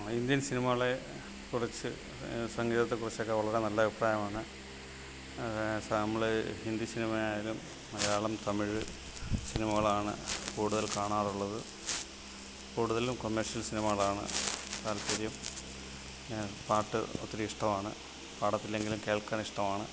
Indian സിനിമകളെ കുറിച്ച് സംഗീതത്തെക്കുറിച്ചൊക്കെ വളരെ നല്ല അഭിപ്രായമാണ് അത് എക്സാമ്പിള് ഹിന്ദി സിനിമയായാലും മലയാളം തമിഴ് സിനിമകളാണ് കൂടുതൽ കാണാറുള്ളത് കൂടുതലും കൊമേഴ്ഷ്യൽ സിനിമകളാണ് താൽപ്പര്യം പാട്ട് ഒത്തിരി ഇഷ്ടമാണ് പാടത്തില്ലെങ്കിലും കേൾക്കാനിഷ്ടമാണ്